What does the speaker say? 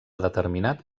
determinat